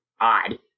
odd